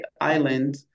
island